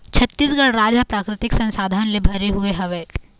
छत्तीसगढ़ राज ह प्राकृतिक संसाधन ले भरे हुए हवय